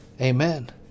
amen